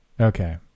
Okay